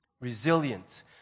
Resilience